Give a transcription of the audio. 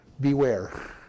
beware